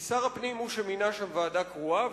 כי שר הפנים הוא שמינה שם ועדה קרואה.